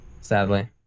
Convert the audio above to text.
sadly